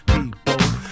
People